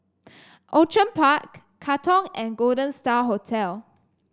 Outram Park Katong and Golden Star Hotel